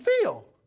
feel